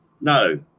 No